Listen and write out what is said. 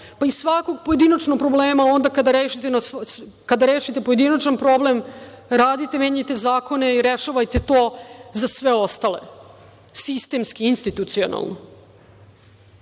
pa i svakog pojedinačnog problema. Onda kada rešite pojedinačan problem, radite, menjajte zakone i rešavajte to za sve ostale, sistemski, institucionalno. Ova